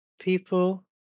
people